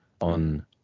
on